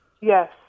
Yes